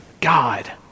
God